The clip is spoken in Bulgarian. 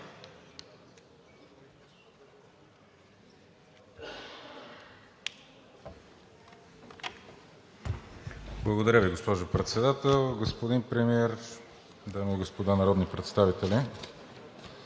Благодаря Ви, госпожо Председател. Господин Премиер, дами и господа народни представители!